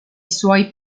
suoi